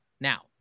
now